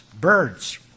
birds